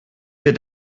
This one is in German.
wir